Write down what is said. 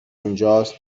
اونجاست